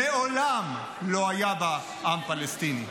מעולם לא היה בה עם פלסטיני.